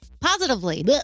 positively